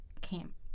camp